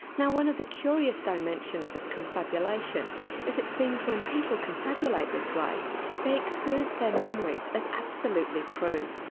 now one of the curious dimensions of confabulation is it seems when people confabulate this way they experience their memories as absolutely true.